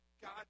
God